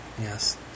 Yes